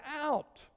out